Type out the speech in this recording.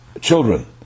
children